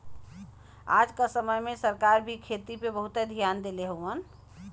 आज क समय में सरकार भी खेती पे बहुते धियान देले हउवन